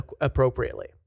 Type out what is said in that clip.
appropriately